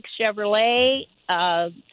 Chevrolet